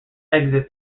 under